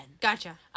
Gotcha